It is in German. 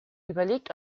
überlegt